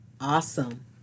Awesome